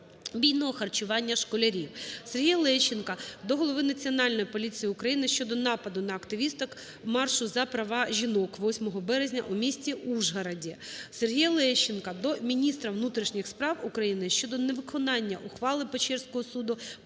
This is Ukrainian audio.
Сергія Лещенка до голови Національної поліції України щодо нападу на активісток маршу за права жінок 8 березня в місті Ужгороді. Сергія Лещенка до міністра внутрішніх справ України щодо невиконання Ухвали Печерського суду